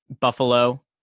Buffalo